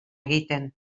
egiten